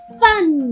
fun